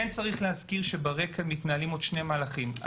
צריך להזכיר שברקע מתנהלים עוד שני מהלכים.